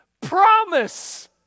Promise